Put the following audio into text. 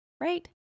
right